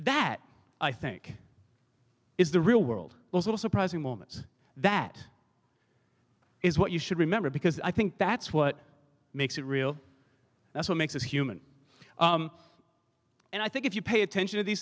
that i think is the real world also surprising moments that is what you should remember because i think that's what makes it real that's what makes us human and i think if you pay attention to these